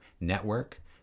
network